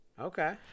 Okay